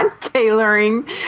tailoring